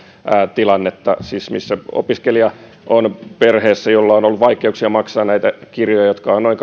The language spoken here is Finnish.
tilannetta siis kun opiskelija on perheessä jolla on ollut vaikeuksia maksaa näitä kirjoja jotka ovat noin